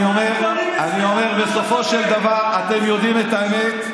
אני אומר, בסופו של דבר, אתם יודעים את האמת,